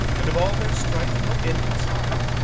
and of all their strife no end was found.